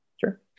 Sure